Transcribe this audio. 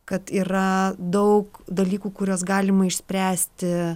kad yra daug dalykų kuriuos galima išspręsti